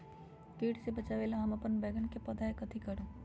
किट से बचावला हम अपन बैंगन के पौधा के कथी करू?